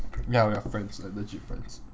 ya we are friends like legit friends